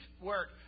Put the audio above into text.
work